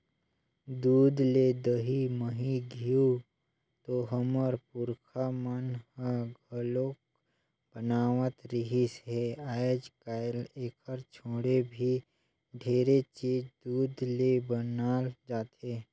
दूद ले दही, मही, घींव तो हमर पूरखा मन ह घलोक बनावत रिहिस हे, आयज कायल एखर छोड़े भी ढेरे चीज दूद ले बनाल जाथे